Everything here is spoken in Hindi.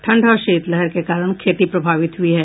ठंड और शीतलहर के कारण खेती प्रभावित हुई है